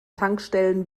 tankstellen